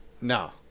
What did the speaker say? No